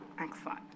Excellent